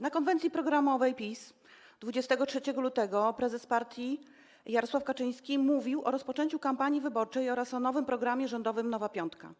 Na konwencji programowej PiS 23 lutego prezes partii Jarosław Kaczyński mówił o rozpoczęciu kampanii wyborczej oraz o nowym programie rządowym „Nowa piątka”